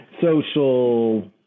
social